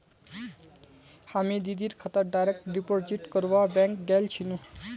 हामी दीदीर खातात डायरेक्ट डिपॉजिट करवा बैंक गेल छिनु